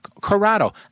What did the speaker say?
Corrado